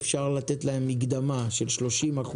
אפשר לתת להם מקדמה של 30%,